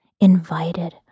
invited